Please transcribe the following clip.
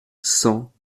cent